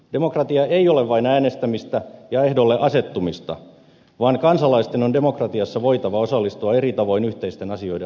demokratia ei ole vain äänestämistä ja ehdolle asettumista vaan kansalaisten on demokratiassa voitava osallistua eri tavoin yhteisten asioiden hoitamiseen